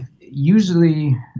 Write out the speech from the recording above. usually